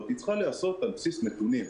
היא צריכה להיעשות על בסיס נתונים.